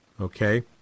Okay